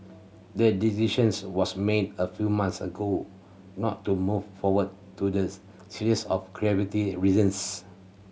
a decisions was made a few months ago not to move forward to the series of creative reasons